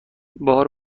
بار